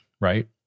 right